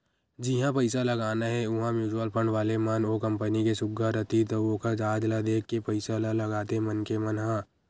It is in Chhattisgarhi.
जिहाँ पइसा लगाना हे उहाँ म्युचुअल फंड वाले मन ह ओ कंपनी के सुग्घर अतीत अउ ओखर आज ल देख के पइसा ल लगाथे मनखे मन ह